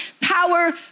power